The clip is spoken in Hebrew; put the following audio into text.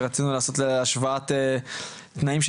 שרצינו לעשות להשוואת תנאים,